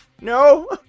No